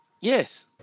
Yes